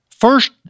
First